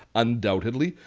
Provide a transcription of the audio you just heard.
undoubtedly,